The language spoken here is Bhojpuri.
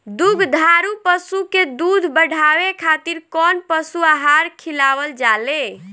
दुग्धारू पशु के दुध बढ़ावे खातिर कौन पशु आहार खिलावल जाले?